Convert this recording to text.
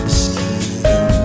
skin